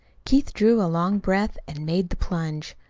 keith drew a long breath and made the plunge.